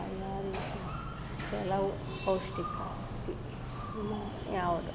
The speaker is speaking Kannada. ಕೆಲವು ಪೌಷ್ಟಿಕ ಯಾವುದೊ